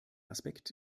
aspekt